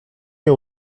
nie